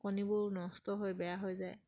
কণীবোৰ নষ্ট হৈ বেয়া হৈ যায়